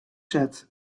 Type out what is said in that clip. set